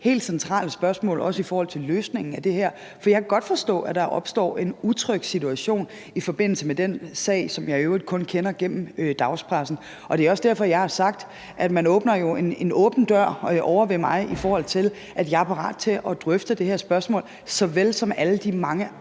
helt centrale spørgsmål i forhold til løsningen af det her, for jeg kan godt forstå, at der opstår en utryg situation i forbindelse med den sag, som jeg i øvrigt kun kender gennem dagspressen. Og det er også derfor, jeg har sagt, at man jo åbner en åben dør ovre ved mig, i forhold til at jeg er parat til at drøfte det her spørgsmål såvel som alle de mange